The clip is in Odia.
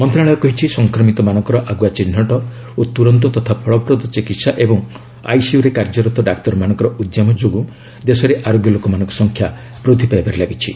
ମନ୍ତ୍ରଣାଳୟ କହିଛି ସଂକ୍ରମିତମାନଙ୍କର ଆଗୁଆ ଚିହ୍ନଟ ଓ ତୁରନ୍ତ ତଥା ଫଳପ୍ରଦ ଚିକିତ୍ସା ଏବଂ ଆଇସିୟୁରେ କାର୍ଯ୍ୟରତ ଡାକ୍ତରମାନଙ୍କର ଉଦ୍ୟମ ଯୋଗୁଁ ଦେଶରେ ଆରୋଗ୍ୟ ଲୋକମାନଙ୍କ ସଂଖ୍ୟା ବୃଦ୍ଧି ପାଇବାରେ ଲାଗିଛି